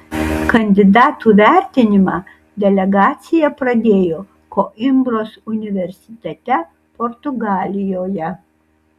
kandidatų vertinimą delegacija pradėjo koimbros universitete portugalijoje